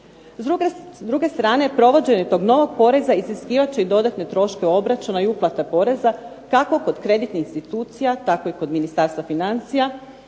S druge strane, provođenje tog novog poreza iziskivat će i dodatne troškove obračuna i uplata poreza kako kod kreditnih institucija tako i kod Ministarstva financija